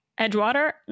Edgewater